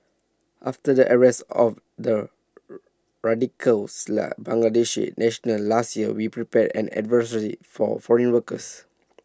after the arrest of the Bangladeshi nationals last year we prepared an advisory for foreign workers